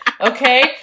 Okay